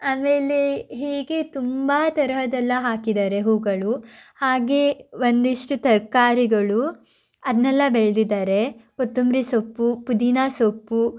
ಆಮೇಲೆ ಹೀಗೆ ತುಂಬ ತರಹದ್ದೆಲ್ಲ ಹಾಕಿದ್ದಾರೆ ಹೂಗಳು ಹಾಗೆ ಒಂದಿಷ್ಟು ತರಕಾರಿಗಳು ಅದನ್ನೆಲ್ಲ ಬೆಳ್ದಿದಾರೆ ಕೊತ್ತಂಬರಿ ಸೊಪ್ಪು ಪುದೀನಾ ಸೊಪ್ಪು